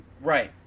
Right